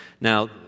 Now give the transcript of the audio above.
Now